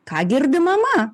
ką girdi mama